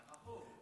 שכחו.